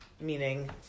Meaning